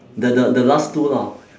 the the the last two lah